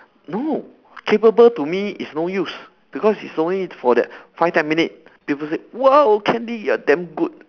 no capable to me is no use because it's only for that five ten minute people say !wow! candy you are damn good